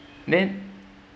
then